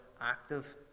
active